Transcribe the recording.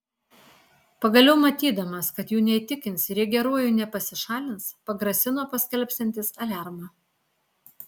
pagaliau matydamas kad jų neįtikins ir jie geruoju nepasišalins pagrasino paskelbsiantis aliarmą